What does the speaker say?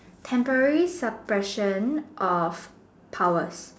temporary suppression of powers